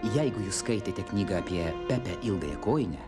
jeigu jūs skaitėte knygą apie pepę ilgąjąkojinę